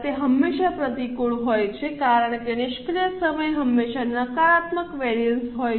તે હંમેશાં પ્રતિકૂળ હોય છે કારણ કે નિષ્ક્રિય સમય હંમેશાં નકારાત્મક વેરિએન્સ હોય છે